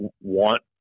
want